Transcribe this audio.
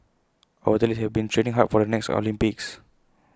our athletes have been training hard for the next Olympics